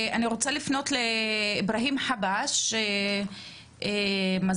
אני רוצה לפנות לאברהים חבש, ממזור.